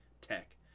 tech